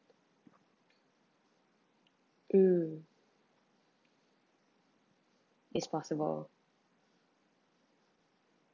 mm it's possible